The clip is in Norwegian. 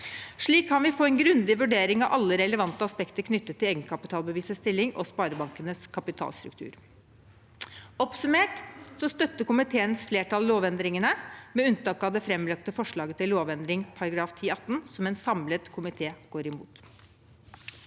Slik kan vi få en grundig vurdering av alle relevante aspekter knyttet til egenkapitalbevisets stilling og sparebankenes kapitalstruktur. Oppsummert støtter komiteens flertall lovendringene, med unntak av det framlagte forslaget til lovendring i § 10-18, som en samlet komité går imot.